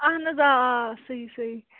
اَہن حظ آ آ صحیح صحیح